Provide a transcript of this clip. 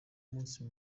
munsi